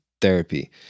therapy